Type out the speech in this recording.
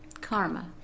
Karma